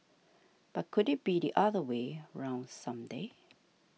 but could it be the other way round some day